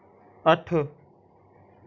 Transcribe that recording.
अट्ठ